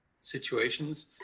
situations